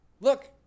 Look